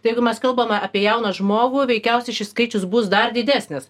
tai jeigu mes kalbame apie jauną žmogų veikiausiai šis skaičius bus dar didesnis